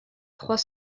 trois